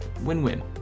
win-win